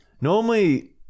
normally